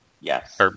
Yes